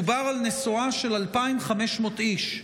דובר על נסועה של 2,500 איש,